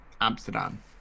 amsterdam